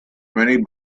many